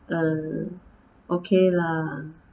uh okay lah